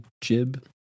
Jib